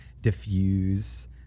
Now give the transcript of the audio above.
diffuse